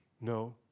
No